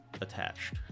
attached